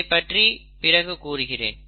இதைப்பற்றி பிறகு கூறுகிறேன்